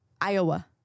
Iowa